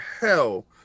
hell